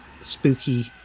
spooky